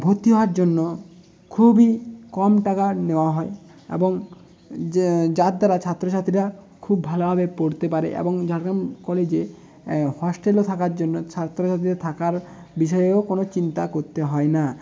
ভর্তি হওয়ার জন্য খুবই কম টাকা নেওয়া হয় এবং যার দ্বারা ছাত্র ছাত্রীরা খুব ভালোভাবে পড়তে পারে এবং ঝাড়গ্রাম কলেজে হোস্টেলেও থাকার জন্য ছাত্রদের থাকার বিষয়েও কোনো চিন্তা করতে হয় না